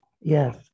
Yes